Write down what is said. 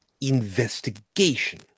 investigation